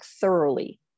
thoroughly